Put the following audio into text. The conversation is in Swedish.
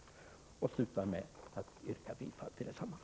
Jag yrkar bifall till utskottets hemställan.